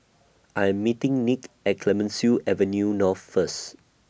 I Am meeting Nick At Clemenceau Avenue North First